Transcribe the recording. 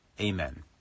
amen